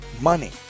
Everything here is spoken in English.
money